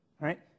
right